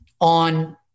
on